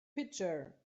pitcher